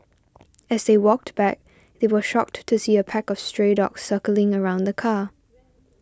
as they walked back they were shocked to see a pack of stray dogs circling around the car